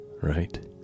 right